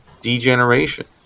degeneration